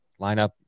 lineup